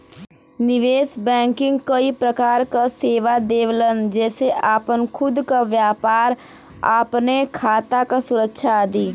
निवेश बैंकिंग कई प्रकार क सेवा देवलन जेसे आपन खुद क व्यापार, अपने खाता क सुरक्षा आदि